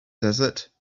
desert